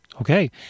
okay